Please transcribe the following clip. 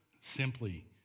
simply